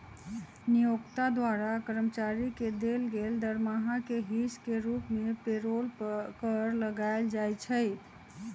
नियोक्ता द्वारा कर्मचारी के देल गेल दरमाहा के हिस के रूप में पेरोल कर लगायल जाइ छइ